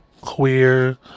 queer